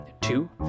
two